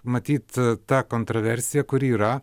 matyt ta kontroversija kuri yra